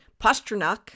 Pasternak